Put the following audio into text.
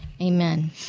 amen